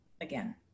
again